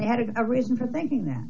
they had a reason for thinking that